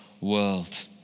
World